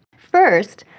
first,